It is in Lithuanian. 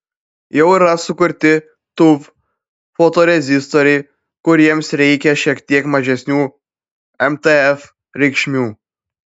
jau yra sukurti tuv fotorezistai kuriems reikia šiek tiek mažesnių mtf reikšmių